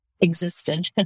existed